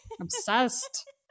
obsessed